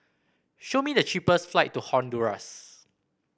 show me the cheapest flight to Honduras